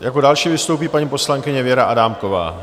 Jako další vystoupí paní poslankyně Věra Adámková.